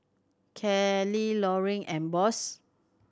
Kelly Loring and Boss